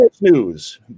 news